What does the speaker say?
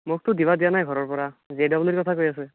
মোকটো দিবা দিয়া নাই ঘৰৰ পৰা জে ডাবল ইৰ কথা কৈ আছে